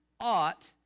ought